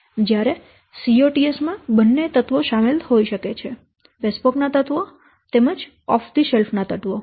જ્યારે COTS માં બંનેના તત્વો શામેલ હોઈ શકે છે બેસપોક ના તત્વો તેમજ ઑફ થી શેલ્ફ ના તત્વો